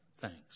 thanks